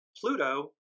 Pluto